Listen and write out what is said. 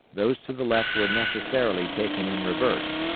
those to the left were necessarily taken in reverse,